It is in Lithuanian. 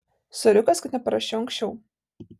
soriukas kad neparašiau anksčiau